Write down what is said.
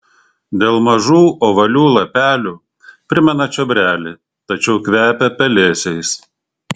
dėl mažų ovalių lapelių primena čiobrelį tačiau kvepia pelėsiais